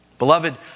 Beloved